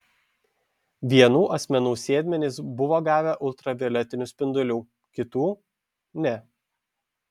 vienų asmenų sėdmenys buvo gavę ultravioletinių spindulių kitų ne